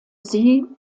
sie